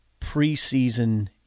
preseason